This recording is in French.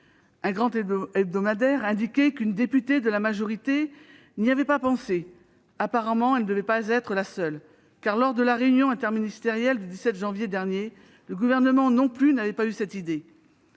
Un grand hebdomadaire indiquait qu'une députée de la majorité n'y avait pas pensé. Apparemment, elle ne devait pas être la seule, car, lors de la réunion interministérielle du 17 janvier dernier, le Gouvernement non plus n'a pas eu cette idée.